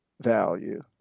value